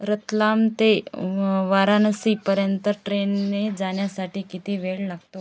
रतलाम ते वाराणसीपर्यंत ट्रेनने जाण्यासाठी किती वेळ लागतो